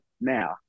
now